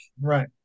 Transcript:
right